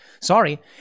Sorry